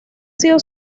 sido